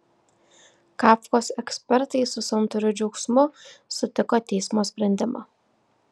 kafkos ekspertai su santūriu džiaugsmu sutiko teismo sprendimą